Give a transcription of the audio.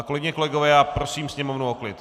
Kolegyně, kolegové, já prosím sněmovnu o klid.